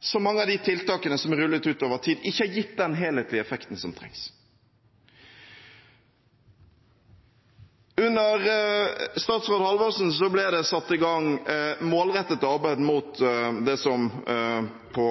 så mange av tiltakene som har rullet ut over tid, ikke har gitt den helhetlige effekten som trengs. Under statsråd Halvorsen ble det satt i gang målrettet arbeid mot det som på